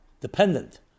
dependent